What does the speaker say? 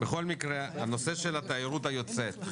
בכל מקרה הנושא של התיירות היוצאת,